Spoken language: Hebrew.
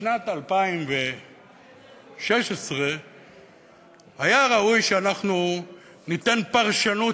שבשנת 2016 היה ראוי שאנחנו ניתן פרשנות